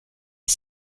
est